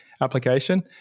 application